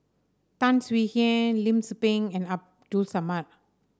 Tan Swie Hian Lim Tze Peng and Abdul Samad